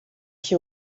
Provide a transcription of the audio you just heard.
que